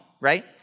right